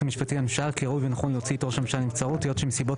המשפטי לממשלה כי ראוי ונכון להוציא את ראש הממשלה לנבצרות היות שמסיבות